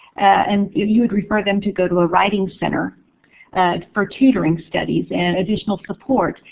and you would refer them to go to a writing center for tutoring studies and additional support.